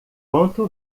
quanto